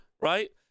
right